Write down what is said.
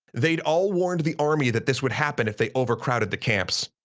they'd all warned the army that this would happen if they overcrowded the camps,